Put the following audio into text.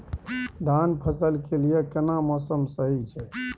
धान फसल के लिये केना मौसम सही छै?